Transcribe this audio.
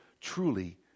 truly